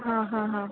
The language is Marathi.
हां हां हां